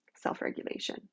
self-regulation